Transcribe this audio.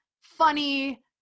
funny